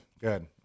Good